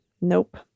Nope